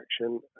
action